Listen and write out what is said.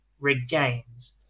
regains